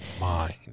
mind